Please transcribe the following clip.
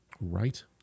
Right